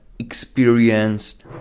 experienced